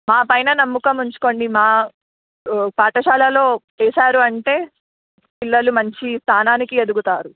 మా పైన నమ్మకం ఉంచుకోండి మా పాఠశాలలో వేశారు అంటే పిల్లలు మంచి స్థానానికి ఎదుగుతారు